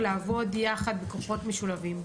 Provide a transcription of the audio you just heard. לעבוד יחד בכוחות משולבים.